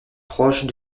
proche